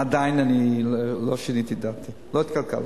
עדיין לא שיניתי את דעתי, לא התקלקלתי.